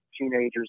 teenagers